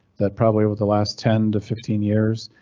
that probably with the last ten to fifteen years,